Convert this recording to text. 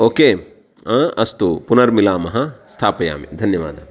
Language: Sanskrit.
ओके अस्तु पुनर्मिलामः स्थापयामि धन्यवादः